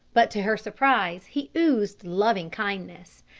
but to her surprise he oozed loving-kindness.